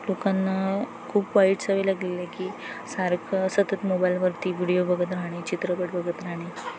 लोकांना खूप वाईट सवय लागलेली आहे की सारखं सतत मोबाईलवरती व्हिडिओ बघत राहाणे चित्रपट बघत राहाणे